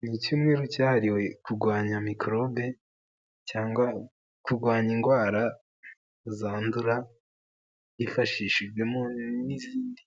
Ni icyumweru cyahariwe kurwanya mikorobe cyangwa kurwanya indwara zandura hifashishijwemo n'izindi